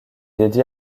dédié